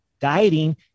dieting